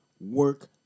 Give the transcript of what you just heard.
work